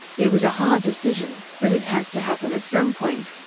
it was a hard decision, but it has to happen at some point,